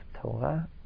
Torah